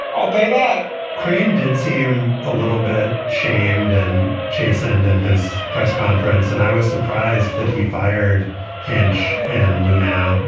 i'll pay that crane did seem a little bit shamed and chastened and his press conference. and i was surprised that he fired hench and lou. now, you